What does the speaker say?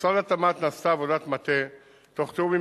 במשרד התמ"ת נעשתה עבודת מטה תוך תיאום עם